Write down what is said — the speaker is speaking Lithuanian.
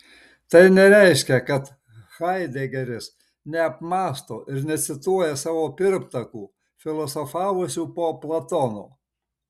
tai nereiškia kad haidegeris neapmąsto ir necituoja savo pirmtakų filosofavusių po platono